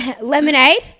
Lemonade